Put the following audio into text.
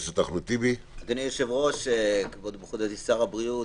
אדוני היושב-ראש, מכובדי שר הבריאות.